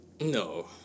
No